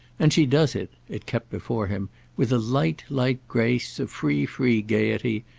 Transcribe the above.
and she does it it kept before him with a light, light grace, a free, free gaiety,